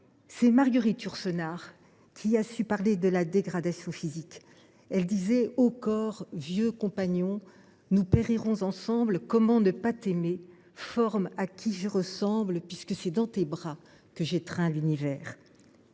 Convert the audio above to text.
c’est Marguerite Yourcenar qui a su parler de la dégradation physique. Elle disait ceci :« Corps, mon vieux compagnon, nous périrons ensemble. Comment ne pas t’aimer, forme à qui je ressemble, puisque c’est dans tes bras que j’étreins l’univers ?